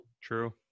True